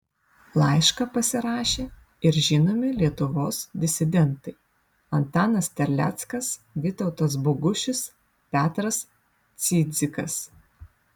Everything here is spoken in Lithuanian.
laišką pasirašė ir žinomi lietuvos disidentai antanas terleckas vytautas bogušis petras cidzikas